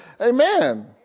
Amen